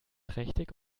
trächtig